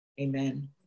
Amen